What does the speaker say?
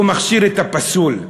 הוא מכשיר את הפסול,